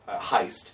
heist